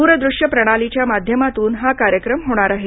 दूरदृश्य प्रणालीच्या माध्यमातून हा कार्यक्रम होणार आहे